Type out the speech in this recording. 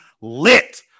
lit